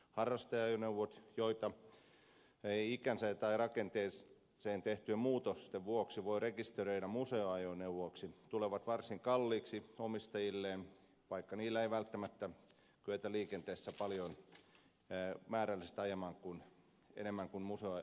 harrasteajoneuvot joita ei ikänsä tai rakenteeseen tehtyjen muutosten vuoksi voida rekisteröidä museoajoneuvoiksi tulevat varsin kalliiksi omistajilleen vaikka niillä ei välttämättä kyetä liikenteessä ajamaan määrällisesti paljon enemmän kuin museoajoneuvoillakaan